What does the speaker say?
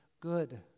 good